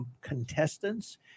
contestants